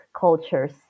cultures